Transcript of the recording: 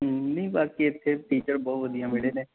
ਨਹੀਂ ਬਾਕੀ ਇੱਥੇ ਟੀਚਰ ਬਹੁਤ ਵਧੀਆ ਮਿਲੇ ਨੇ